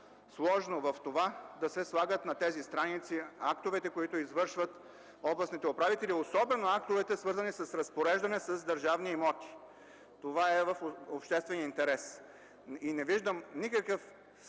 сложно в това на тези страници да се слагат актовете, които издават областните управители, особено актовете, свързани с разпореждане с държавни имоти. Това е в обществен интерес и не виждам никакъв стойностен